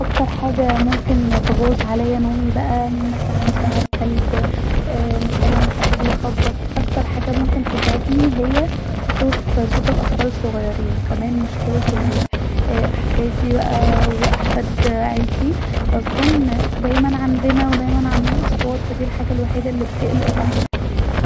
اكتر حاجه ممكن تبوظ عليا نومي بقي مثلا سعال كلب مثلا حد بيخبط اكتر حاجه ممكن تزعجني هي صوت الاطفال الصغيرين وكمان مشكله ال ااا احفادي بقي وأحفاد عليتي دايما عندنا بقي ودايما عاملين اصوات ف ديه الحاجه الي بتقلق راحتي